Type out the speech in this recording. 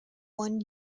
one